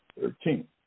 Thirteen